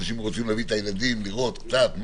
אנשים רוצים להביא את הילדים לראות קצת,